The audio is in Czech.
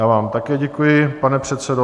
Já vám také děkuji, pane předsedo.